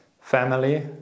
family